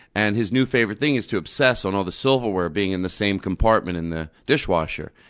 and his new favorite thing is to obsess on all the silverware being in the same compartment in the dishwasher.